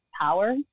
power